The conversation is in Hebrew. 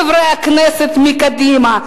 חברי הכנסת מקדימה,